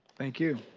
thank you.